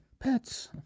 pets